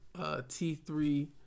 T3